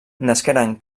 nasqueren